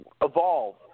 Evolve